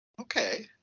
Okay